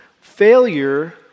Failure